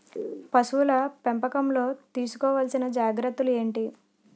పశువుల పెంపకంలో తీసుకోవల్సిన జాగ్రత్త లు ఏంటి?